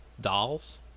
dolls